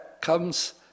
comes